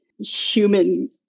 human